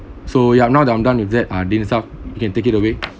so ya now that I'm done with that ah dinsum you can take it away